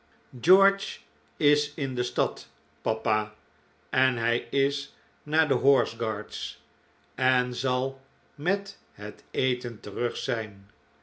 george is in de stad papa en hij is naar de horse guards en zal met het eten terug zijn